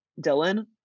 Dylan